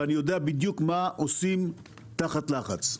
ואני יודע בדיוק מה עושים תחת לחץ.